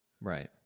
right